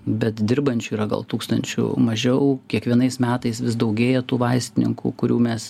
bet dirbančių yra gal tūkstančiu mažiau kiekvienais metais vis daugėja tų vaistininkų kurių mes